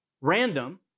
random